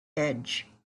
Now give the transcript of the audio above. edge